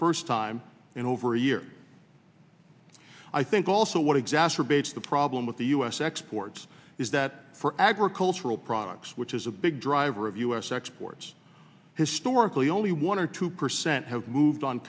first time in over a year i think also what exacerbates the problem with the u s exports is that for agricultural products which is a big driver of u s exports historically only one or two percent have moved on